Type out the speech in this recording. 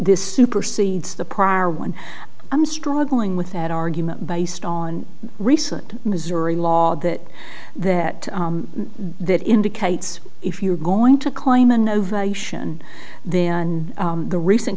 this supersedes the prior one i'm struggling with that argument based on recent missouri law that that that indicates if you're going to claim an ovation then the recent